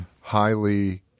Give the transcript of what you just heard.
highly